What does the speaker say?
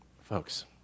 Folks